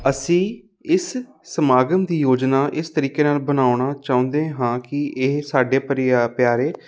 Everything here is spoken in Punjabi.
ਅਸੀਂ ਇਸ ਸਮਾਗਮ ਦੀ ਯੋਜਨਾ ਇਸ ਤਰੀਕੇ ਨਾਲ ਬਣਾਉਣਾ ਚਾਹੁੰਦੇ ਹਾਂ ਕਿ ਇਹ ਸਾਡੇ ਪ੍ਰਿਯ ਪਿਆਰੇ